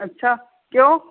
ਅੱਛਾ ਕਿਉਂ